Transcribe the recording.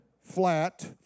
flat